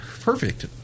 perfect